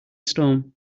storm